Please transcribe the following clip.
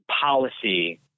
policy